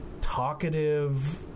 talkative